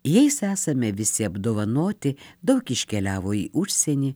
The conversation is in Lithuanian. jais esame visi apdovanoti daug iškeliavo į užsienį